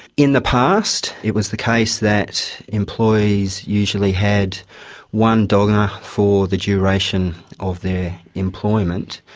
in the past it was the case that employees usually had one donga for the duration of their employment.